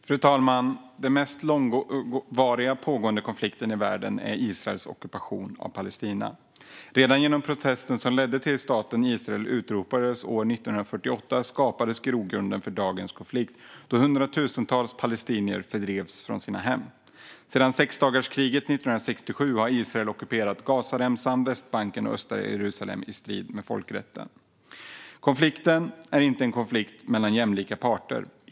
Fru talman! Den mest långvariga pågående konflikten i världen är Israels ockupation av Palestina. Redan genom processen som ledde till att staten Israel utropades år 1948 skapades grogrunden för dagens konflikt, då hundratusentals palestinier fördrevs från sina hem. Sedan sexdagarskriget 1967 har Israel ockuperat Gazaremsan, Västbanken och östra Jerusalem i strid med folkrätten. Konflikten är inte en konflikt mellan jämlika parter.